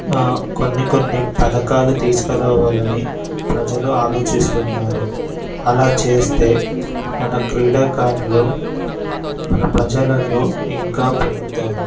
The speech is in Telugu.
కొన్ని కొన్ని పథకాలు తీసుకు రావాలని ప్రజలు ఆలోచిస్తున్నారు అలా చేస్తే మన క్రీడాకారులు మన ప్రజలలో ఇంకా పెరుగుతారు